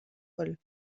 paul